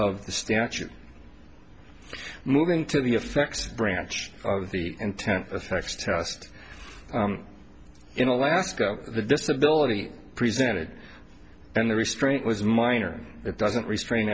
of the statute moving to the effect branch of the intent of sex test in alaska the disability presented and the restraint was minor it doesn't restrain